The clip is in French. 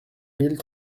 mille